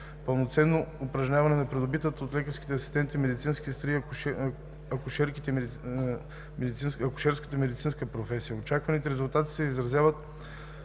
пълноценно упражняване на придобитата от лекарските асистенти, медицинските сестри и акушерките медицинска професия. Очакваните резултати се изразяват